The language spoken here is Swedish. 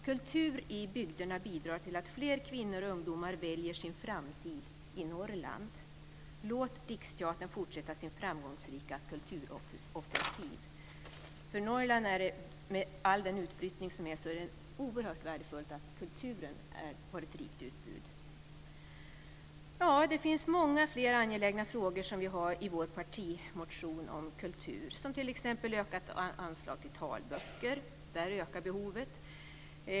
Kultur i bygderna bidrar till att fler kvinnor och ungdomar väljer en framtid i Norrland. Låt Riksteatern fortsätta sin framgångsrika kulturoffensiv. För Norrland är det, med tanke på all utflyttning, oerhört värdefullt med ett rikt kulturellt utbud. Det finns många fler angelägna frågor i vår partimotion om kultur. Det gäller t.ex. ökat anslag till talböcker. Där ökar behovet.